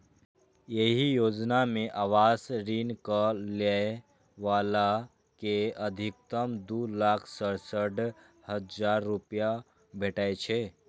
एहि योजना मे आवास ऋणक लै बला कें अछिकतम दू लाख सड़सठ हजार रुपैया भेटै छै